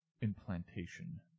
implantation